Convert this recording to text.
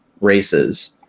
races